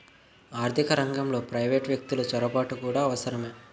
ఆర్థిక రంగంలో ప్రైవేటు వ్యక్తులు చొరబాటు కూడా అవసరమే